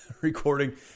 recording